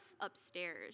upstairs